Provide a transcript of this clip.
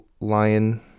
lion